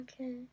Okay